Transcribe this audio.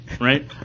Right